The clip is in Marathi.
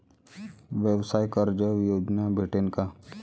व्यवसाय कर्ज योजना भेटेन का?